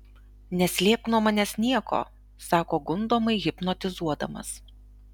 neslėpk nuo manęs nieko sako gundomai hipnotizuodamas